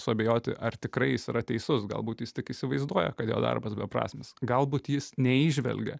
suabejoti ar tikrai jis yra teisus galbūt jis tik įsivaizduoja kad jo darbas beprasmis galbūt jis neįžvelgia